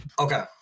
okay